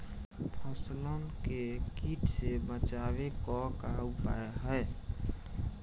फसलन के कीट से बचावे क का उपाय है?